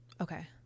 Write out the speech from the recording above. okay